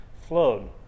flowed